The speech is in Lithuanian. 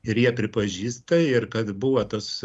ir jie pripažįsta ir kad buvo tas